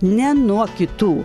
ne nuo kitų